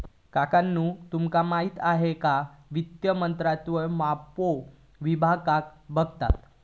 काकानु तुमका माहित हा काय वित्त मंत्रित्व मोप विभागांका बघता